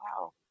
wow